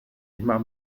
immer